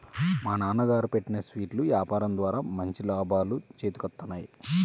మా నాన్నగారు పెట్టిన స్వీట్ల యాపారం ద్వారా మంచి లాభాలు చేతికొత్తన్నాయి